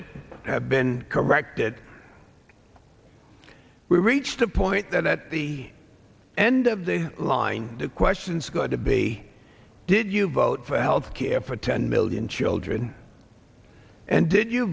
d have been corrected we reached a point that the end of the line the question's going to be did you vote for health care for ten million children and did you